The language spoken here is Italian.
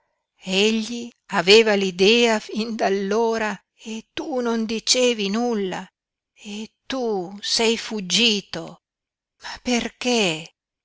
egli aveva l'idea fin d'allora e tu non dicevi nulla e tu sei fuggito ma perché